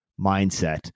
mindset